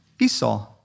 Esau